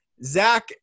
Zach